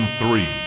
three